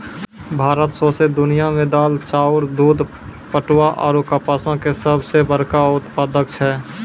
भारत सौंसे दुनिया मे दाल, चाउर, दूध, पटवा आरु कपासो के सभ से बड़का उत्पादक छै